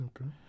Okay